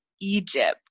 Egypt